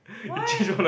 what